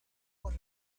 what